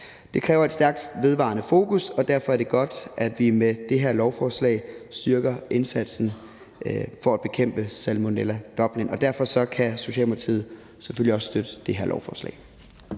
Det kræver et stærkt vedvarende fokus, og derfor er det godt, at vi med det her lovforslag styrker indsatsen for at bekæmpe Salmonella Dublin. Derfor kan Socialdemokratiet selvfølgelig også støtte det her lovforslag.